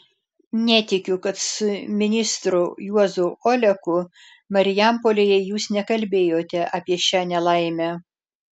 netikiu kad su ministru juozu oleku marijampolėje jūs nekalbėjote apie šią nelaimę